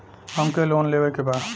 हमके लोन लेवे के बा?